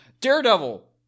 daredevil